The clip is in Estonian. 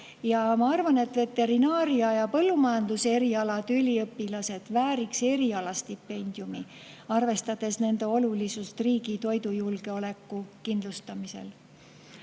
Ja ma arvan, et veterinaaria ja põllumajanduse erialade üliõpilased vääriks erialastipendiumi, arvestades nende olulisust riigi toidujulgeoleku kindlustamisel.